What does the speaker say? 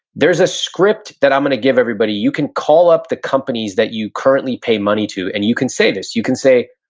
there's a script that i'm gonna give everybody. you can call up the companies that you currently pay money to. and you can say this, you can say,